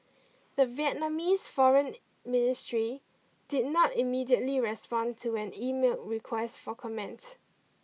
the Vietnamese Foreign Ministry did not immediately respond to an emailed request for comment